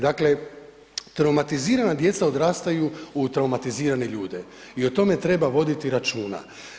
Dakle, traumatizirana djeca odrastaju u traumatizirane ljude i o tome voditi računa.